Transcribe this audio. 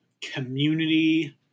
community